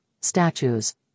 statues